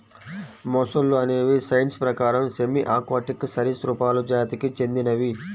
మొసళ్ళు అనేవి సైన్స్ ప్రకారం సెమీ ఆక్వాటిక్ సరీసృపాలు జాతికి చెందినవి